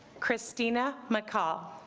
christina mccall